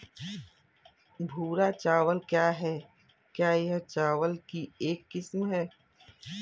भूरा चावल क्या है? क्या यह चावल की एक किस्म है?